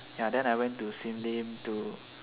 ya then I went to sim-lim to